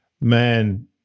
man